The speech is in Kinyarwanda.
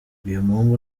uyumuhungu